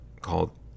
called